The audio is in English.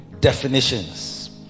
definitions